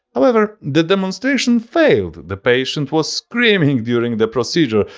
however, the demonstration failed the patient was screaming during the procedure.